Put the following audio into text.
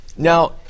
Now